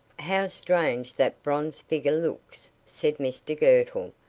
how strange that bronze figure looks, said mr girtle,